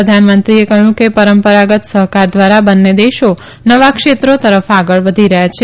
પ્રધાનમંત્રીએ કહ્યું કે પરંપરાગત સહકાર દ્વારા બંને દેશો નવા ક્ષેત્રો તરફ આગળ વધી રહ્યા છે